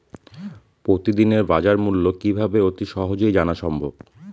প্রতিদিনের বাজারমূল্য কিভাবে অতি সহজেই জানা সম্ভব?